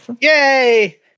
yay